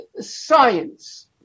science